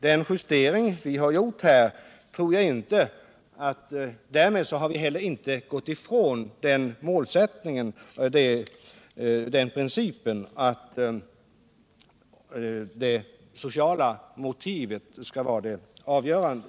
De förändringar som vidtagits innebär inte att vi gått ifrån målsättningen och principen att det sociala motivet skall vara avgörande.